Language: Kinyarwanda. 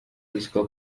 ruswa